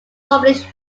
published